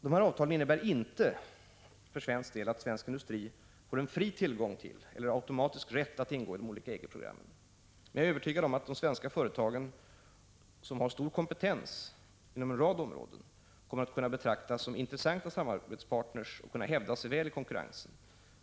De här avtalen innebär inte för svensk del att vår industri får en fri tillgång till eller automatisk rätt att ingå i de olika EG-programmen, men jag är övertygad om att de svenska företagen, som har stor kompetens inom en rad områden, kommer att kunna betraktas som intressanta samarbetspartner och kunna hävda sig väl i konkurrensen.